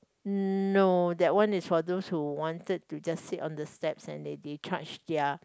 no that one is for those who wanted to just sit on the steps and that they charged their